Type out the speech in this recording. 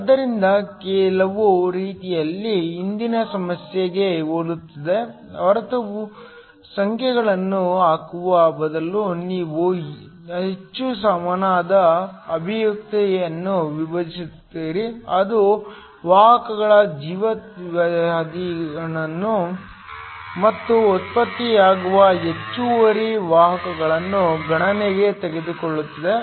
ಆದ್ದರಿಂದ ಕೆಲವು ರೀತಿಯಲ್ಲಿ ಹಿಂದಿನ ಸಮಸ್ಯೆಗೆ ಹೋಲುತ್ತದೆ ಹೊರತು ಸಂಖ್ಯೆಗಳನ್ನು ಹಾಕುವ ಬದಲು ನೀವು ಹೆಚ್ಚು ಸಾಮಾನ್ಯವಾದ ಅಭಿವ್ಯಕ್ತಿಯನ್ನು ವಿಭಜಿಸುತ್ತೀರಿ ಅದು ವಾಹಕಗಳ ಜೀವಿತಾವಧಿಯನ್ನು ಮತ್ತು ಉತ್ಪತ್ತಿಯಾಗುವ ಹೆಚ್ಚುವರಿ ವಾಹಕಗಳನ್ನು ಗಣನೆಗೆ ತೆಗೆದುಕೊಳ್ಳುತ್ತದೆ